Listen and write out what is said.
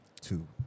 two